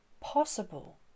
possible